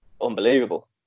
Unbelievable